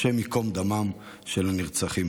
השם ייקום דמם של הנרצחים.